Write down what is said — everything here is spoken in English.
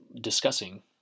discussing